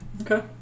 Okay